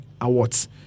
awards